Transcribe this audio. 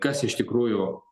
kas iš tikrųjų